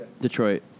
Detroit